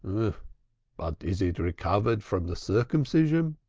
but is it recovered from the circumcision?